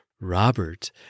Robert